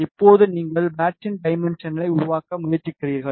இப்போது நீங்கள் பேட்சின் டைமென்ஷன்களை உருவாக்க முயற்சிக்கிறீர்கள்